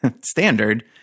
standard